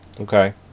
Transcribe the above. Okay